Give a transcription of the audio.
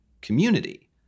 community